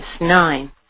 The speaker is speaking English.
nine